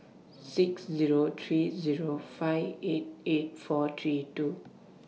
six Zero three Zero five eight eight four three two